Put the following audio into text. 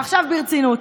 עכשיו ברצינות,